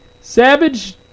Savage